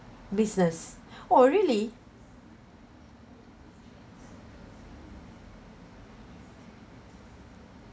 business oh really